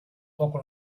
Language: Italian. poco